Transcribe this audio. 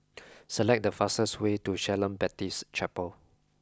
select the fastest way to Shalom Baptist Chapel